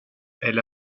elle